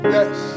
Yes